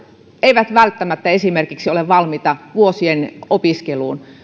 eivät välttämättä esimerkiksi ole valmiita vuosien opiskeluun